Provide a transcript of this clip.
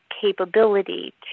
capability